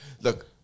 look